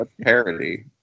parody